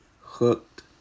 hooked